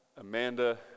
Amanda